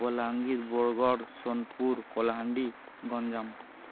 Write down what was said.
Balangir Bargarh Sonepur Kalahandi Ganjam